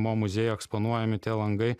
mo muziejuj eksponuojami tie langai